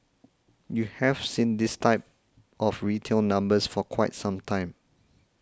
you have seen this type of retail numbers for quite some time